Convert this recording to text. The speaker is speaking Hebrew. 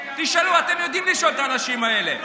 תשאלו, אתם יודעים לשאול את האנשים האלה.